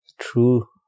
true